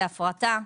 להפרטה.